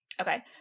okay